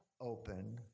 open